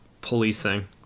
policing